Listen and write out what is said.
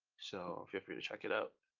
so feel free to check it out.